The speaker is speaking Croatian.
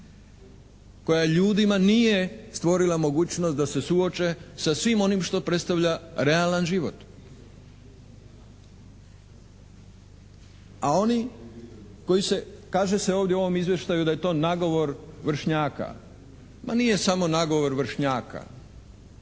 koja ljudima nije stvorila mogućnost da se suoče sa svim onim što predstavlja realan život. A oni koji se, kaže se ovdje u ovom Izvještaju da je to nagovor vršnjaka. Ma nije samo nagovor vršnjaka.